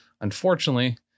unfortunately